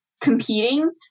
competing